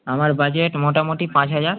আমার বাজেট মোটামুটি পাঁচ হাজার